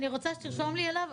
אני רוצה שתרשום לי עליו,